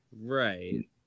Right